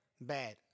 Bad